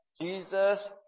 Jesus